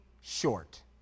short